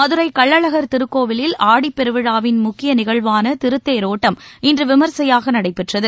மதுரை கள்ளழகர் திருக்கோவில் ஆடிப்பெருவிழாவின் முக்கிய நிகழ்வான திருத்தேரோட்டம் இன்று விமரிசையாக நடைபெற்றது